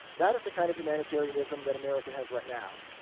that is the kind of humanitarianism that america has right now.